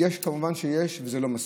מובן שיש, וזה לא מספיק.